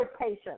patient